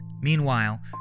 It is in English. Meanwhile